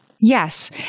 Yes